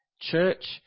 Church